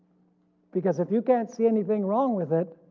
because if you can't see anything wrong with it